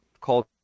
called